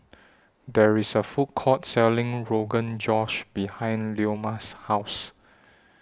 There IS A Food Court Selling Rogan Josh behind Leoma's House